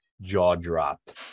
jaw-dropped